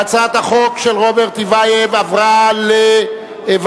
ההצעה להעביר את הצעת חוק לתיקון פקודת